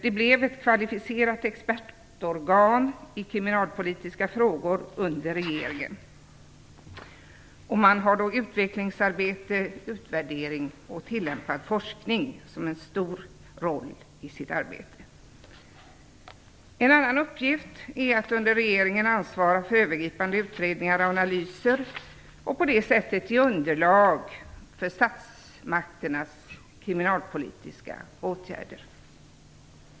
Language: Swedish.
Det blev ett kvalificerat expertorgan i kriminalpolitiska frågor under regeringen. Utvecklingsarbete, utvärdering och tillämpad forskning spelar en stor roll i rådets arbete. En annan uppgift är att under regeringen ansvara för övergripande utredningar och analyser och på det sättet ge underlag för statsmakternas kriminalpolitiska åtgärder.